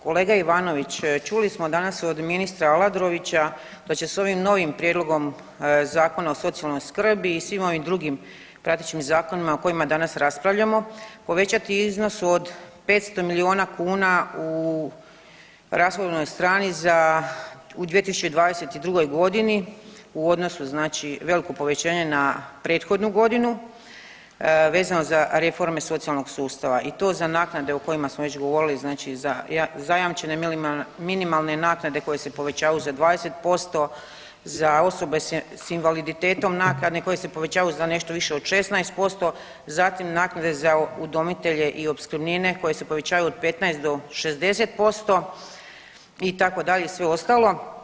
Kolega Ivanović čuli smo danas i od ministra Aladrovića da će s ovim novim prijedlogom Zakona o socijalnoj skrbi i svim ovim drugim pratećim zakonima o kojima danas raspravljamo povećati u iznosu od 500 miliona kuna u razvojnoj strani za, u 2022. godinu u odnosu znači veliko povećanje na prethodnu godinu vezano za reforme socijalnog sustava i to za naknade o kojima smo već govorili, znači za zajamčene minimalne naknade koje se povećavaju za 20%, za osobe s invaliditetom naknade koje se povećavaju za nešto više od 16%, zatim naknade za udomitelje i opskrbnine koje se povećavaju od 15 do 60% itd. i sve ostalo.